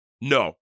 no